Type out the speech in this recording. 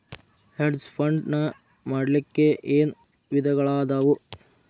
Hedge fund ನ ಮಾಡ್ಲಿಕ್ಕೆ ಏನ್ ವಿಧಾನಗಳದಾವು?